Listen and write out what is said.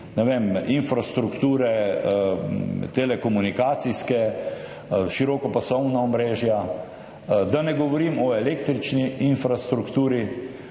infrastrukture, telekomunikacijske, širokopasovna omrežja, da ne govorim o električni infrastrukturi.